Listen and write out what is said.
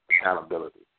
accountability